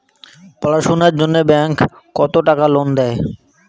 পড়াশুনার জন্যে ব্যাংক কত টাকা লোন দেয়?